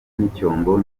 n’icyombo